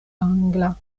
angla